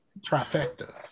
Trifecta